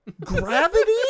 Gravity